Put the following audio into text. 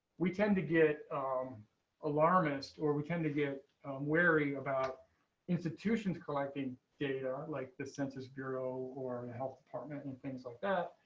we tend to get alarmist or we tend to get wary about institutions collecting data, like the census bureau or and health department and things like that.